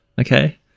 okay